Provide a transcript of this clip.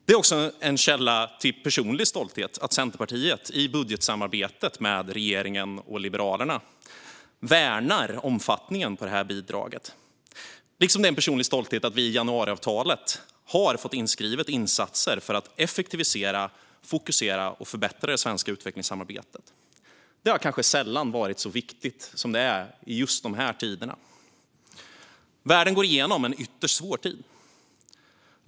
Det är också en känsla av personlig stolthet att Centerpartiet i budgetsamarbetet med regeringen och Liberalerna värnar omfattningen av bidraget, liksom det är en källa till stolthet att vi i januariavtalet har skrivit in insatser för att effektivisera, fokusera och förbättra det svenska utvecklingssamarbetet. Det har kanske sällan varit så viktigt som just i de här tiderna. Världen går igenom en ytterst svår tid.